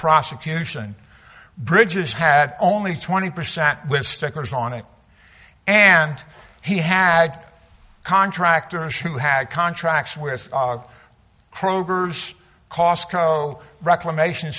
prosecution bridges had only twenty percent with stickers on it and he had contractors who had contracts with kroger's costco reclamation